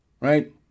right